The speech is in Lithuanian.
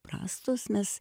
prastos mes